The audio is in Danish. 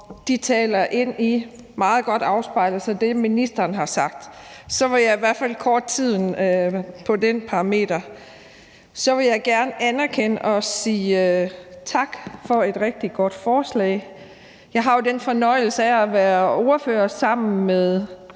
de taler ind i og afspejles meget godt i det, ministeren har sagt. Så har jeg i hvert fald forkortet tiden på den parameter. Så vil jeg gerne anerkende og sige tak for et rigtig godt forslag. Jeg har jo den fornøjelse at være ordfører sammen med